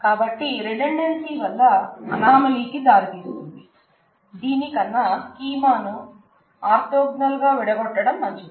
కాబట్టీ రిడండెన్సీ వల్ల అనామలీ కి దారితీస్తుంది దీనికన్న స్కీమాను ఆర్థోగోనల్ గా విడగొట్టడం మంచిది